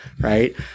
right